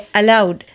allowed